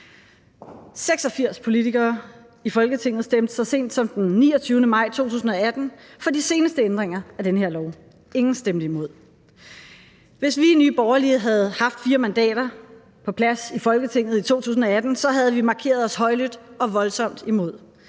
86 politikere i Folketinget stemte så sent som den 29. maj 2018 for de seneste ændringer af den her lov, ingen stemte imod. Hvis vi i Nye Borgerlige havde haft fire mandater på plads i Folketinget i 2018, så havde vi markeret os højlydt og voldsomt imod.